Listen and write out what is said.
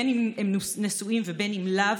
בין אם הם נשואים ובין אם לאו,